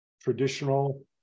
traditional